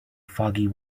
foggy